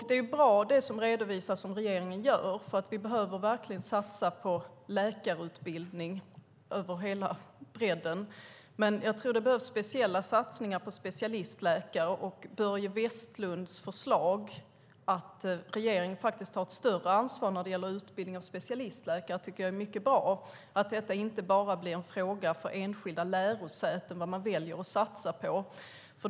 Det som man redovisar att regeringen gör är bra, för vi behöver verkligen satsa på läkarutbildning över hela bredden, men det behövs speciella satsningar på specialistläkare. Börje Vestlunds förslag om att regeringen ska ta större ansvar när det gäller utbildning av specialistläkare tycker jag är mycket bra, så att det inte bara blir en fråga för enskilda lärosäten att välja vad man ska satsa på.